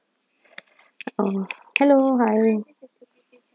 uh hello hi